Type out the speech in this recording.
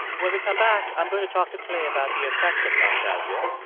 when we come back, i'm going to talk to clay about the effects of nostalgia.